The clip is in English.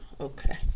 Okay